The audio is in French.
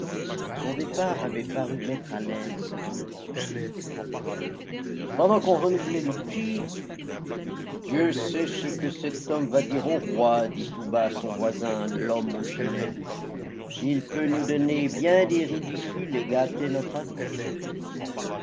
son départ avait paru mettre à l'aise tout le monde pendant qu'on renouvelait les bougies dieu sait ce que cet homme va dire au roi dit tout bas à son voisin l'homme aux gilets il peut nous donner bien des ridicules et gâter notre avenir